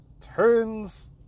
turns